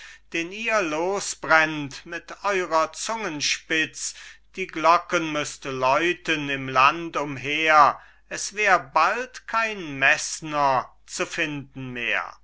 den ihr losbrennt mit eurer zungenspitz die glocken müßt läuten im land umher es wär bald kein meßner zu finden mehr